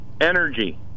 energy